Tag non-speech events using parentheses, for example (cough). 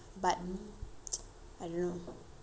but (noise) I don't know